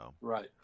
Right